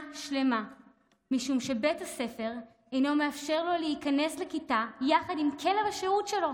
שלמה משום שבית הספר אינו מאפשר לו להיכנס לכיתה יחד עם כלב השירות שלו,